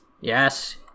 Yes